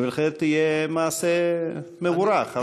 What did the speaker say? זה בהחלט יהיה מעשה מבורך.